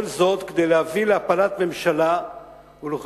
כל זאת כדי להביא להפלת ממשלה ולחילופי